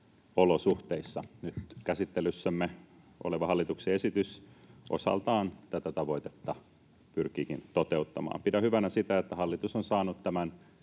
olosuhteissa. Nyt käsittelyssämme oleva hallituksen esitys osaltaan tätä tavoitetta pyrkiikin toteuttamaan. Pidän hyvänä sitä, että hallitus on saanut tämän